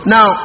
Now